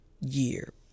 year